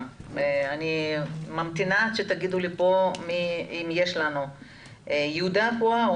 אני ממתינה שתגידו לי פה אם יהודה פואה או